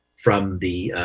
from the